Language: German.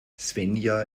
svenja